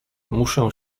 muszę